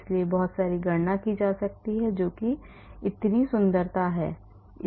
इसलिए बहुत सारी गणना की जा सकती है जो कि इसकी सुंदरता है